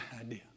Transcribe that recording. idea